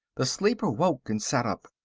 the sleeper woke, and sat up.